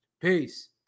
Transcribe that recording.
Peace